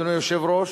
אדוני היושב-ראש,